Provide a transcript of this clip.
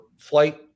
flight